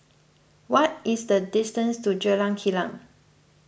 what is the distance to Jalan Kilang